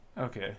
Okay